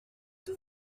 tout